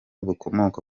bukomoka